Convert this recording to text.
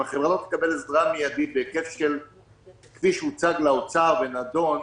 אם החברה לא תקבל עזרה מידית בהיקף כפי שהוצג למשרד האוצר ונדון,